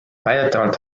väidetavalt